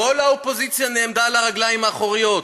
כל האופוזיציה נעמדה על הרגליים האחוריות,